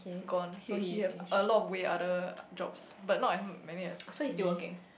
gone he he have a lot of way other jobs but as not as many as me